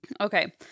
Okay